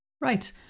Right